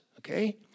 okay